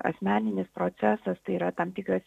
asmeninis procesas tai yra tam tikras